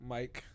Mike